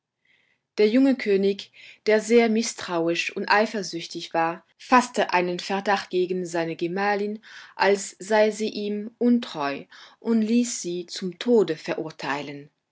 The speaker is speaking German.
der junge könig der sehr mißtrauisch und eifersüchtig war faßte einen verdacht gegen seine gemahlin als sei sie ihm untreu und ließ sie zum tode verurteilen